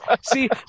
See